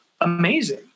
amazing